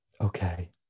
Okay